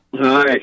Hi